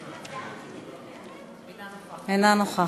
אינה נוכחת,